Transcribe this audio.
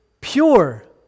pure